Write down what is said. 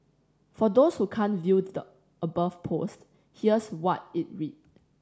for those who can't view the above post here's what it read